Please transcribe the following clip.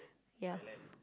ya